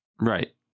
Right